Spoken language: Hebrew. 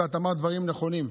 ואת אמרת דברים נכונים,